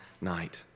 night